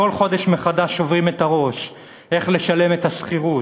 וכל חודש מחדש שוברים את הראש איך לשלם את השכירות,